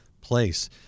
place